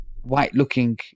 white-looking